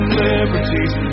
liberties